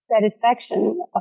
satisfaction